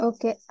Okay